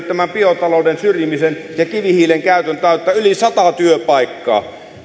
tämän biotalouden syrjimisen ja kivihiilen käytön tautta yli sata työpaikkaa